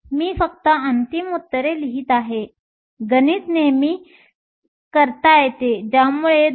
मी फक्त अंतिम उत्तर लिहित आहे गणित नेहमी करता येते ज्यामुळे 2